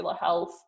health